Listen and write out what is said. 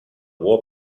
warp